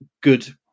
good